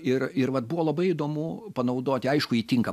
ir ir vat buvo labai įdomu panaudoti aišku ji tinka